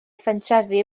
phentrefi